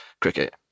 cricket